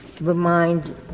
remind